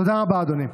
תודה רבה, אדוני.